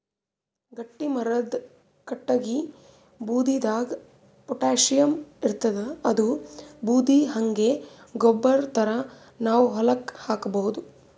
ಗಟ್ಟಿಮರದ್ ಕಟ್ಟಗಿ ಬೂದಿದಾಗ್ ಪೊಟ್ಯಾಷಿಯಂ ಇರ್ತಾದ್ ಅದೂ ಬೂದಿ ಹಂಗೆ ಗೊಬ್ಬರ್ ಥರಾ ನಾವ್ ಹೊಲಕ್ಕ್ ಹಾಕಬಹುದ್